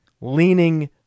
leaning